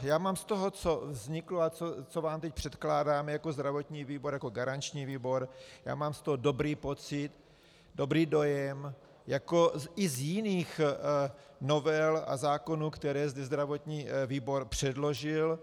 Já mám z toho, co vzniklo a co vám teď předkládáme jako zdravotní výbor, jako garanční výbor, mám z toho dobrý pocit, dobrý dojem, jako i z jiných novel a zákonů, které zde zdravotní výbor předložil.